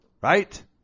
Right